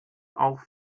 auch